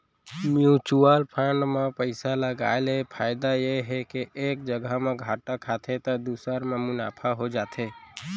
mutual fund म पइसा लगाय ले फायदा ये हे के एक जघा म घाटा खाथे त दूसर म मुनाफा हो जाथे